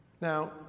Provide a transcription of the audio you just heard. Now